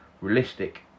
Realistic